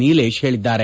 ನೀಲೇಶ್ ಹೇಳಿದ್ದಾರೆ